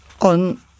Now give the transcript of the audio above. On